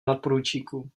nadporučíku